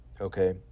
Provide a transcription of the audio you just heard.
Okay